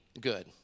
good